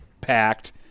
packed